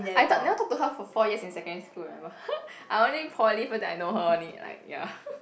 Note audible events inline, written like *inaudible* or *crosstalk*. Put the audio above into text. I thought never talked to her for four years in secondary school remember *laughs* I only poly first then I know her only like ya *laughs*